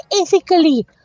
ethically